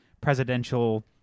presidential